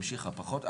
המשיכה פחות,